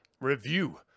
review